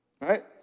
right